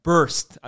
Burst